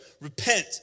Repent